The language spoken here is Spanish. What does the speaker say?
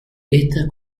estas